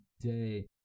day